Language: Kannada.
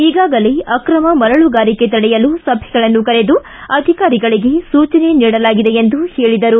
ಈಗಾಗಲೇ ಅಕ್ರಮ ಮರಳುಗಾರಿಕೆ ತಡೆಯಲು ಸಭೆಗಳನ್ನು ಕರೆದು ಅಧಿಕಾರಿಗಳಿಗೆ ಸೂಚನೆ ನೀಡಲಾಗಿದೆ ಎಂದು ಹೇಳಿದರು